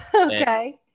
Okay